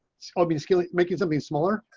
will be making something smaller